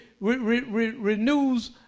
renews